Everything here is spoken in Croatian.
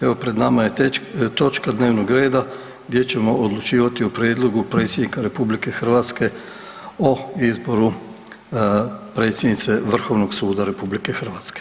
Evo pred nama je točka dnevnog reda gdje ćemo odlučivati o prijedlogu predsjednika RH o izboru predsjednice Vrhovnog suda RH.